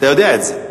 אתה יודע את זה.